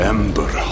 Ember